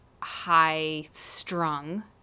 high-strung